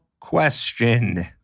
question